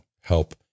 help